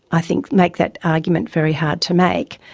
i think, make that argument very hard to make.